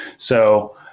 so,